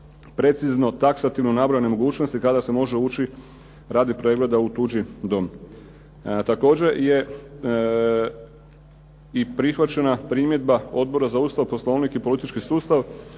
precizno, taksativno nabrojane mogućnosti kada se može ući radi pregleda u tuđi dom. Također je i prihvaćena primjedba Odbora za Ustav, Poslovnik i politički sustav